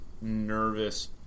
nervous